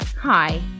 Hi